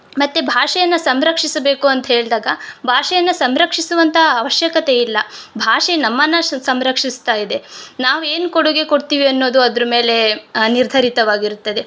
ಮತ್ತು ಭಾಷೆಯನ್ನ ಸಂರಕ್ಷಿಸಬೇಕು ಅಂತ ಹೇಳ್ದಾಗ ಭಾಷೆಯನ್ನ ಸಂರಕ್ಷಿಸುವಂಥ ಅವಶ್ಯಕತೆ ಇಲ್ಲ ಭಾಷೆ ನಮ್ಮನ್ನು ಸಂರಕ್ಷಿಸ್ತ ಇದೆ ನಾವೇನು ಕೊಡುಗೆ ಕೊಡ್ತೀವಿ ಅನ್ನೋದು ಅದ್ರ ಮೇಲೆ ನಿರ್ಧರಿತವಾಗಿರುತ್ತದೆ